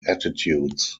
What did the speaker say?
attitudes